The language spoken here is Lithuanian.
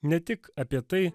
ne tik apie tai